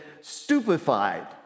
stupefied